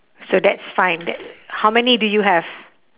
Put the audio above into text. so that's fine how many do you have